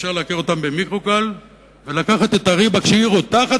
אפשר לעקר אותן במיקרוגל ולקחת את הריבה כשהיא רותחת,